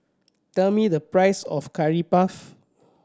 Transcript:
tell me the price of Curry Puff